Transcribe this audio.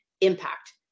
impact